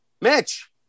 Mitch